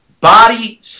Body